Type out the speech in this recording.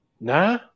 Nah